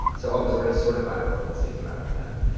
so, oh, it was already sorted by relevancy as a matter of fact.